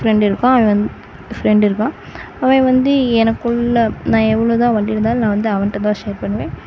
friend இருக்கான் இவன் வந்து ஃப்ரெண்ட் இருக்கான் அவன் வந்து எனக்குள்ளே நான் எவ்வளோதான் வலி இருந்தாலும் நான் வந்து அவன்கிட்டதான் ஷேர் பண்ணுவேன்